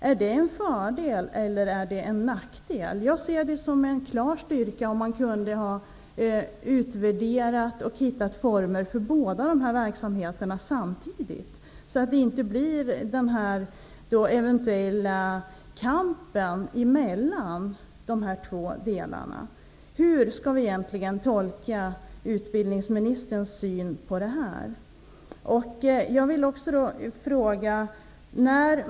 Är det en fördel eller en nackdel? Jag ser det som en klar styrka om man kunde ha utvärderat och hittat former för båda dessa verksamheter samtidigt, så att det inte blir en eventuell kamp mellan dessa två delar. Hur skall utbildningsministerns syn på detta egentligen tolkas?